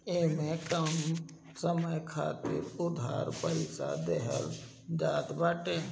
इमे कम समय खातिर उधार पईसा देहल जात बाटे